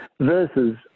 Versus